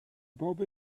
باب